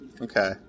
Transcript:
Okay